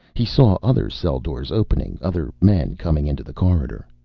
he saw other cell doors opening, other men coming into the corridor.